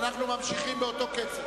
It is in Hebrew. אנחנו ממשיכים באותו קצב.